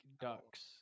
ducks